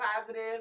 positive